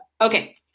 okay